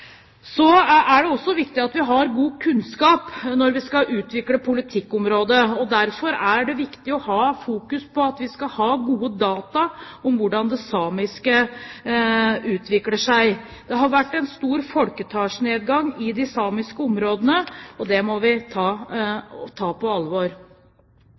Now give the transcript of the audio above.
Så er det også viktig at vi har god kunnskap når vi skal utvikle politikkområdet. Derfor er det viktig å fokusere på at vi skal ha gode data om utviklingen når det gjelder folketall. Det har vært en stor nedgang i folketallet i de samiske områdene, og det må vi ta på alvor.